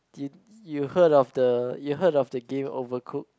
you you heard of the you heard of the game Overcooked